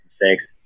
mistakes